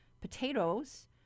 potatoes